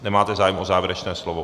Nemáte už zájem o závěrečné slovo.